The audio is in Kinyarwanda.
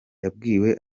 yabwiye